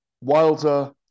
Wilder